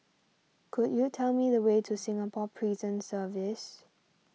could you tell me the way to Singapore Prison Service